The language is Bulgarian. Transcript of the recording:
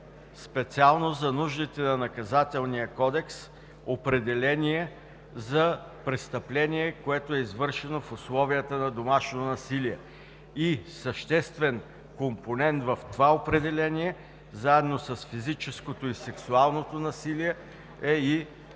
специално за нуждите на Наказателния кодекс, определение за престъпление, което е извършено в условията на домашно насилие. Съществен компонент в това определение, заедно с физическото и сексуалното насилие, е и